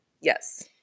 Yes